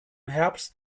herbst